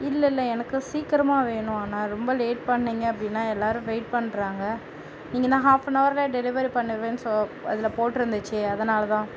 இல்லை இல்லை எனக்கு சீக்கிரமாக வேணும் அண்ணா ரொம்ப லேட் பண்ணிங்க அப்படினா எல்லாரும் வெயிட் பண்ணுறாங்க நீங்கள் தான் ஹால்ஃப்னவர்லாம் டெலிவரி பண்ணுவேன்னு அதில் போட்டிருந்துச்சே அதனால் தான்